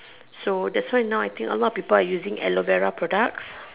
so that's why now I think a lot of people are now using aloe Vera products